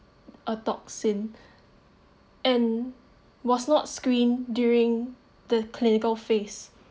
a toxin and must not scream during the clinical phase